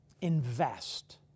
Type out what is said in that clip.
invest